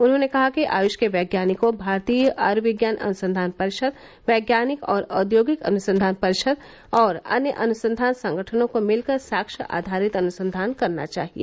उन्होंने कहा कि आयुष के वैज्ञानिकों भारतीय आय्र्विज्ञान अनुसंघान परिषद वैज्ञानिक और औद्योगिक अनुसंघान परिषद और अन्य अनुसंघान संगठनों को मिलकर साक्ष्य आधारित अनुसंधान करना चाहिए